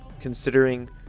considering